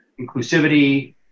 inclusivity